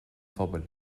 phobail